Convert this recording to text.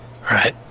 right